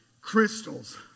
Crystals